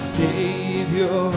savior